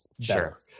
Sure